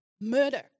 murder